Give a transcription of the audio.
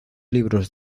libros